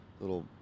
little